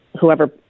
whoever